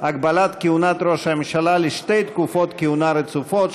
הגבלת כהונת ראש הממשלה לשתי תקופות כהונה רצופות),